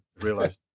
realize